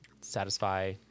satisfy